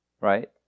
right